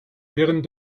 wirren